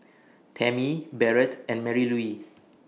Tammy Barrett and Marylouise